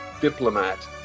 diplomat